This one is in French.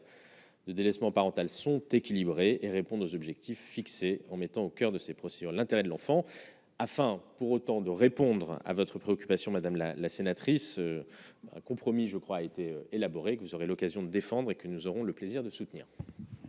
de délaissement parental sont équilibrés et répondent aux objectifs fixés en mettant au coeur de ces procédures, l'intérêt de l'enfant afin, pour autant, de répondre à votre préoccupation madame la la sénatrice un compromis, je crois, a été élaborée que vous aurez l'occasion de défendre et que nous aurons le plaisir de soutenir.